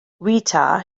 rita